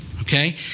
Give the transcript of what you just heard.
Okay